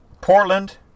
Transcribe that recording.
Portland